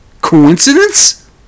Coincidence